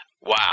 Wow